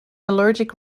allergic